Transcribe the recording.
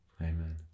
Amen